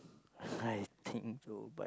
I think so but